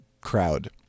crowd